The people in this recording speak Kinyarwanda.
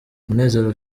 munezero